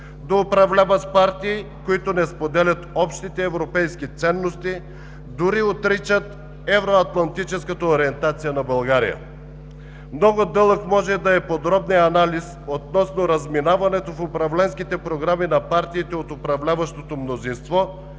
да управлява с партии, които не споделят общите европейски ценности, дори отричат евроатлантическата ориентация на България. (Шум и реплики.) Много дълъг може да е подробният анализ относно разминаването в управленските програми на партиите от управляващото мнозинство,